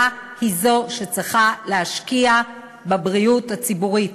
היא זו שצריכה להשקיע בבריאות הציבורית